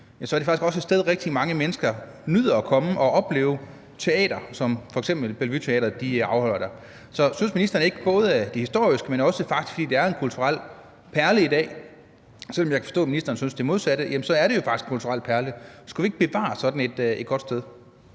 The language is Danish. er det faktisk også et sted, hvor rigtig mange mennesker nyder at komme og opleve teater, som f.eks. Bellevue Teatret opfører der. Så synes ministeren ikke, både på grund af det historiske, men faktisk også fordi det er en kulturel perle i dag – selv om jeg kan forstå, at ministeren synes det modsatte, så er det jo faktisk en kulturel perle – at vi skulle bevare sådan et godt sted?